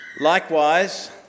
Likewise